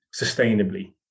sustainably